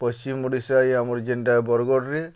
ପଶ୍ଚିମ୍ ଓଡ଼ିଶା ଇ ଆମର୍ ଯେନ୍ଟା ବର୍ଗଡ଼୍ରେ